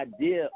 idea